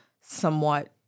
somewhat